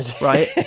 right